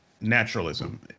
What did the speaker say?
naturalism